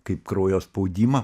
kaip kraujo spaudimą